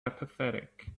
apathetic